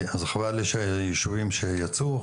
אז חבל לי על היישובים שיצאו,